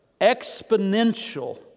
Exponential